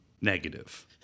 Negative